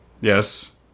Yes